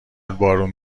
بارون